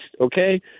okay